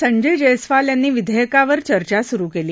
संजय जयस्वाल यांनी विध्यक्रावर चर्चा सुरु कली